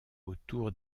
autour